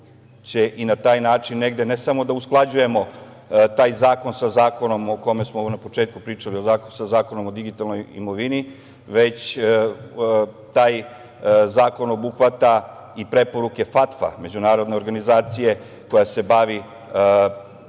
ćemo na taj način ne samo usklađivati taj zakon sa zakonom o kome smo na početku pričali, sa Zakonom o digitalnoj imovini, već taj zakon obuhvata i preporuke FATF-a međunarodne organizacije koja se bavi